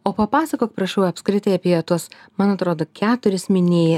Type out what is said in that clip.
o papasakok prašau apskritai apie tuos man atrodo keturis minėjai